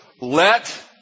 Let